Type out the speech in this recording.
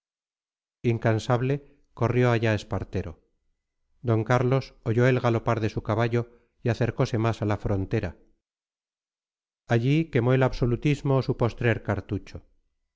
incansable corrió allá espartero d carlos oyó el galopar de su caballo y acercose más a la frontera allí quemó el absolutismo su postrer cartucho